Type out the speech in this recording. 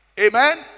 Amen